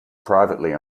privately